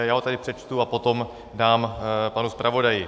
Já ho tady přečtu a potom dám panu zpravodaji.